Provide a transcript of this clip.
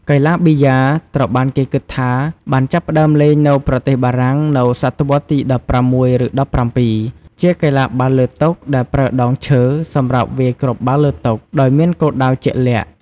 កីឡាប៊ីយ៉ា ត្រូវបានគេគិតថាបានចាប់ផ្តើមលេងនៅប្រទេសបារាំងនៅសតវត្សទី ១៦ ឬ ១៧ ជាកីឡាបាល់លើតុដែលប្រើដងឈើសម្រាប់វាយគ្រាប់បាល់លើតុ ដោយមានគោលដៅជាក់លាក់។